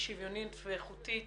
שוויונית ואיכותית